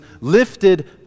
lifted